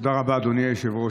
תודה רבה, אדוני היושב-ראש.